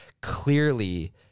clearly